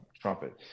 trumpet